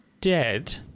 dead